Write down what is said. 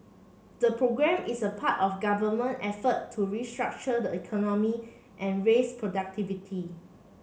the programme is a part of government effort to restructure the economy and raise productivity